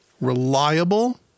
reliable